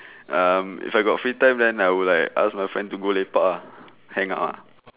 um if I got free time then I will like ask my friends to go lepak ah hang out ah